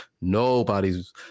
nobody's